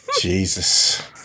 Jesus